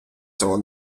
цього